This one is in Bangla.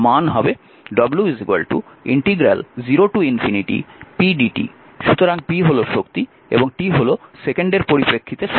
সুতরাং p হল শক্তি এবং t হল সেকেন্ডের পরিপ্রেক্ষিতে সময়